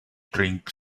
drink